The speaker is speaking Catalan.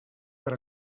per